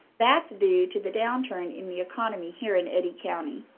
that's due to the downturn in the economy here in eddy county.